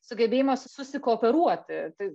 sugebėjimo susikooperuoti tai